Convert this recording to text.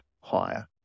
higher